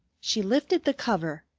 she lifted the cover,